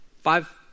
five